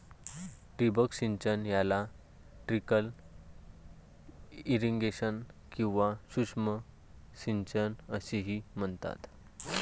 ठिबक सिंचन याला ट्रिकल इरिगेशन किंवा सूक्ष्म सिंचन असेही म्हणतात